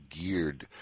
geared